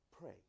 Pray